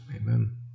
amen